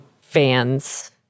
fans